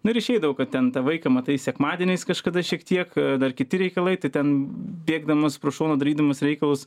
nu ir išeidavo kad ten tą vaiką matai sekmadieniais kažkada šiek tiek dar kiti reikalai tai ten bėgdamas pro šoną darydamas reikalus